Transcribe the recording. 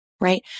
right